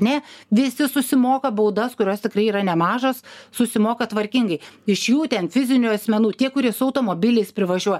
ne visi susimoka baudas kurios tikrai yra nemažos susimoka tvarkingai iš jų ten fizinių asmenų tie kurie su automobiliais privažiuo